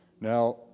Now